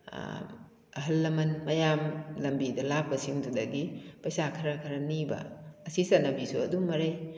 ꯑꯍꯜ ꯂꯃꯟ ꯃꯌꯥꯝ ꯂꯝꯕꯤꯗ ꯂꯥꯛꯄꯁꯤꯡꯗꯨꯗꯒꯤ ꯄꯩꯁꯥ ꯈꯔ ꯈꯔ ꯅꯤꯕ ꯑꯁꯤ ꯆꯠꯅꯕꯤꯁꯨ ꯑꯗꯨꯝ ꯃꯔꯩ